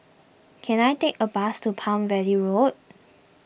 can I take a bus to Palm Valley Road